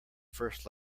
first